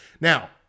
Now